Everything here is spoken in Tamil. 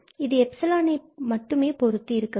இது எப்சிலானை மட்டும் பொறுத்து இருக்கவேண்டும்